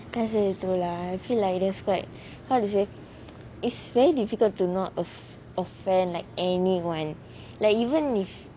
that's really true lah I feel like that's quite how to say it's very difficult to not off~ offend like anyone like even if